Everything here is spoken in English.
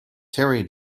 terry